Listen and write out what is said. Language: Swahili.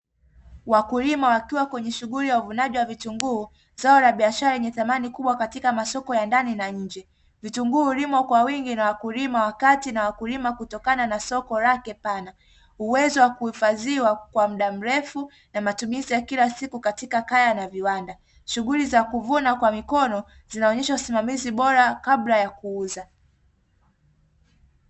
Wakulima wakiwa kwenye shughuli ya uvunaji wa vitunguu zao la biashara yenye thamani kubwa katika masoko ya ndani na nje. Vitunguu hulimwa kwa wingi na wakulima wakati na wakulima kutokana na soko lake pale uwezo wa kuhifadhiwa kwa muda mrefu na matumizi ya kila siku katika kaya na viwanda, shughuli za kuvuna kwa mikono zinaonyesha usimamizi bora kabla ya kuuza.